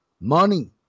money